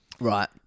Right